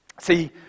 See